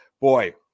Boy